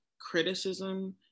criticism